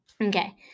Okay